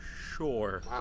Sure